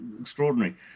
extraordinary